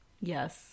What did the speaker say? Yes